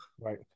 right